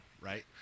right